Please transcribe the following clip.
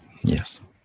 Yes